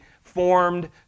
formed